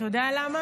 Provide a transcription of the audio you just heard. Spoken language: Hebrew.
אתה יודע למה?